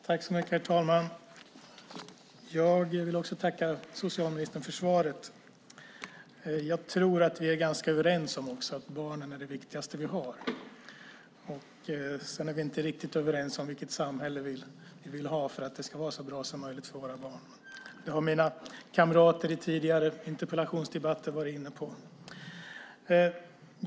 Herr talman! Jag vill tacka socialministern för svaret. Jag tror att vi är ganska överens om att barnen är det viktigaste vi har. Sedan är vi inte riktigt överens om vilket samhälle vi vill ha för att det ska vara så bra som möjligt för våra barn. Det har mina kamrater i tidigare interpellationsdebatter varit inne på.